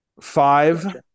five